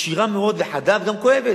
ישירה מאוד וחדה וגם כואבת,